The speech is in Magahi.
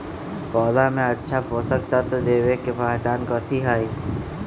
पौधा में अच्छा पोषक तत्व देवे के पहचान कथी हई?